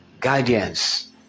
guidance